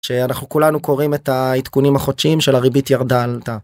שאנחנו כולנו קוראים את העדכונים החודשים של הריבית ירדה...